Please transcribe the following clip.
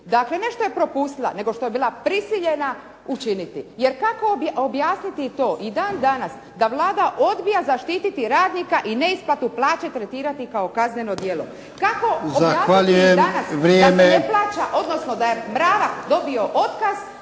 Dakle, ne što je propustila nego što je bila prisiljena učiniti. Jer kako objasniti to i dan danas da Vlada odbija zaštititi radnika i neisplatu plaće tretirati kao kazneno djelo. Kako… **Jarnjak,